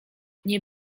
nie